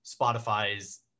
spotify's